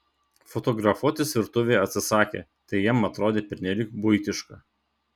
fotografuotis virtuvėje atsisakė tai jam atrodė pernelyg buitiška